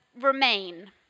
Remain